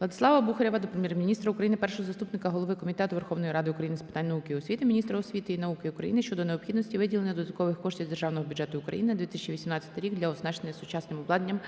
Владислава Бухарєва до Прем'єр-міністра України, першого заступника голови Комітету Верховної Ради України з питань науки і освіти, міністра освіти і науки України щодо необхідності виділення додаткових коштів з Державного бюджету України на 2018 рік для оснащення сучасним обладнанням